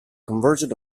conversion